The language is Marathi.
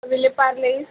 विलेपार्ले ईस्ट